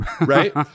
Right